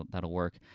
that'll work,